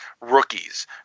rookies